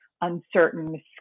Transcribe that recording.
uncertain